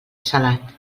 salat